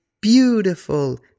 beautiful